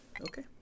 Okay